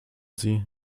sie